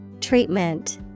Treatment